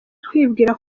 kwibwira